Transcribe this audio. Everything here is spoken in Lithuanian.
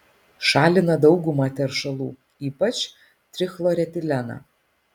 šalina daugumą teršalų ypač trichloretileną